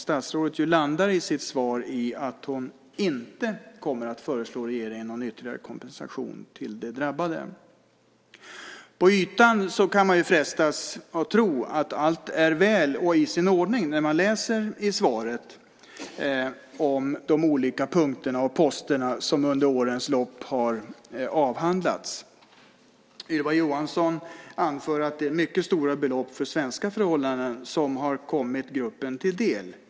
Statsrådet landar ju i sitt svar i att hon inte kommer att föreslå regeringen någon ytterligare kompensation till de drabbade. På ytan kan man frestas att tro att allt är väl och i sin ordning när man läser i svaret om de olika punkter och poster som under årens lopp har avhandlats. Ylva Johansson anför att det är mycket stora belopp för svenska förhållanden som har kommit gruppen till del.